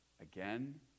again